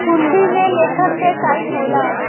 हुंडी में लेखक क साइन होला